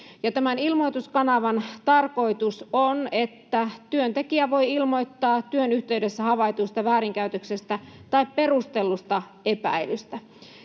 Tämän ilmoituskanavan tarkoitus on, että työntekijä voi ilmoittaa työn yhteydessä havaitusta väärinkäytöksestä tai perustellusta epäilystä.